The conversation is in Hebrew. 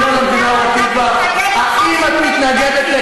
אני בעד, אני לא מתנגדת.